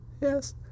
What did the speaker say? Yes